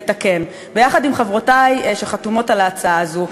ביחד עם חברותי שחתומות על ההצעה הזאת.